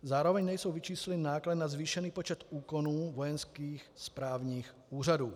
Zároveň nejsou vyčísleny náklady na zvýšený počet úkonů vojenských správních úřadů.